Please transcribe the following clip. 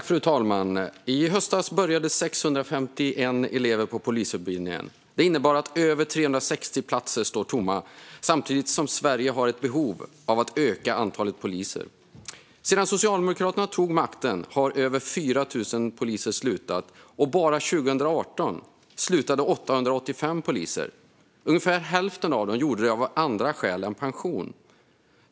Fru talman! I höstas började 651 elever på polisutbildningen. Det innebär att över 360 platser står tomma samtidigt som Sverige har ett behov av att öka antalet poliser. Sedan Socialdemokraterna tog makten har över 4 000 poliser slutat, och bara 2018 slutade 885 poliser. Ungefär hälften av dem slutade av andra skäl än pension.